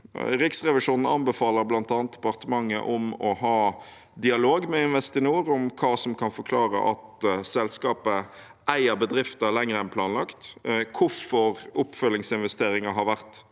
Riksrevisjonen anbefaler departementet bl.a. å ha dialog med Investinor om hva som kan forklare at selskapet eier bedrifter lenger enn planlagt, hvorfor oppfølgingsinvesteringer har vært